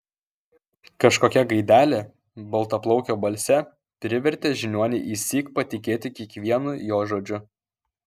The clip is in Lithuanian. kažkokia gaidelė baltaplaukio balse privertė žiniuonį išsyk patikėti kiekvienu jo žodžiu